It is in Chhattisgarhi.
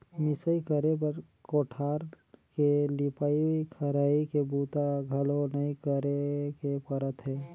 मिंसई करे बर कोठार के लिपई, खरही के बूता घलो नइ करे के परत हे